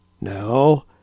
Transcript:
No